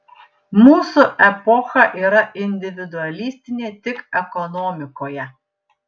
mūsų epocha yra individualistinė tik ekonomikoje